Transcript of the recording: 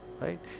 right